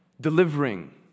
delivering